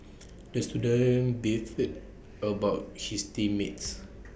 the student beefed about his team mates